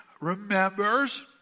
remembers